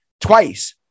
twice